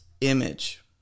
image